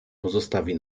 pozostawi